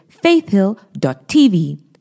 faithhill.tv